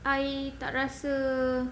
I tak rasa